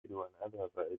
أذهب